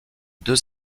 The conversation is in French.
deux